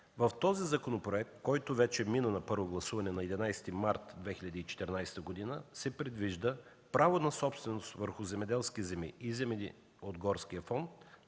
В този законопроект, който вече мина на първо гласуване на 11 март 2014 г., се предвижда право на собственост върху земеделски земи и земи от Горския фонд